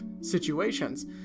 situations